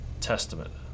Testament